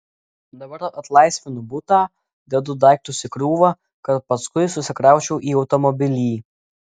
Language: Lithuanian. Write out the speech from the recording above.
dabar atlaisvinu butą dedu daiktus į krūvą kad paskui susikraučiau į automobilį